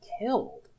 killed